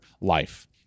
life